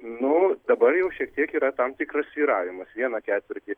nu dabar jau šiek tiek yra tam tikras svyravimas vieną ketvirtį